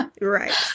Right